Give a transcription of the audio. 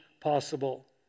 possible